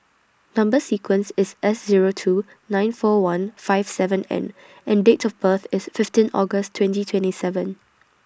Number sequence IS S Zero two nine four one five seven N and Date of birth IS fifteen August twenty twenty seven